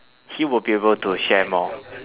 he will be able to share more